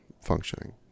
functioning